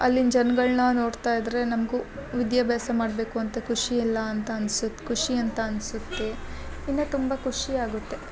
ಅಲ್ಲಿನ ಜನಗಳ್ನ ನೋಡ್ತಾ ಇದ್ದರೆ ನಮಗೂ ವಿದ್ಯಾಬ್ಯಾಸ ಮಾಡ್ಬೇಕು ಅಂತ ಕುಷಿ ಎಲ್ಲಾ ಅಂತ ಅನ್ಸುತ್ ಕುಷಿ ಅಂತ ಅನ್ಸುತ್ತೆ ಇನ್ನ ತುಂಬ ಕುಷಿ ಆಗುತ್ತೆ